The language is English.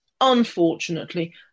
Unfortunately